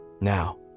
now